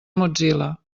mozilla